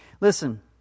Listen